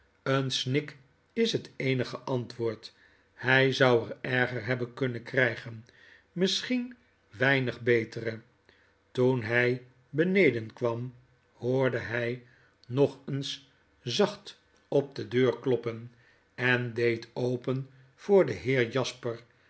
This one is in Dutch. een snik is het eenige antwoord hy zou er erger hebben kunnen krygen misschien weinig betere toen hy beneden kwam hoorde hy nog eens zacht op de deur kloppen en deed open voor den heer jasper